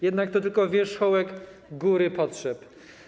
Jednak to tylko wierzchołek góry potrzeb.